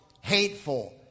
hateful